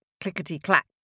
clickety-clack